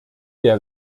der